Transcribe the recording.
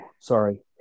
Sorry